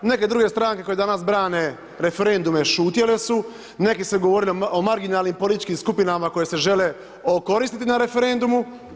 Neke druge stranke koje danas brane referendume šutjele su, neki su govorili o marginalnim političkim skupinama koje se žele okoristiti na referendumu.